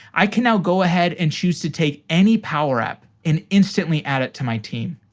i can now go ahead and choose to take any power app and instantly add it to my team.